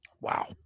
Wow